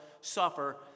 suffer